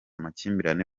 amakimbirane